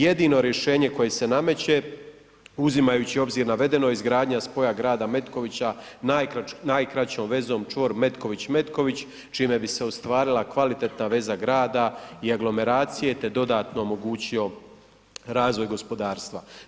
Jedino rješenje koje se nameće uzimajući u obzir navedeno je izgradnja spoja grada Metkovića najkraćom vezom čvor Metković-Metković čime bi se ostvarila kvalitetna veza grada i aglomeracije te dodatno omogućio razvoj gospodarstva.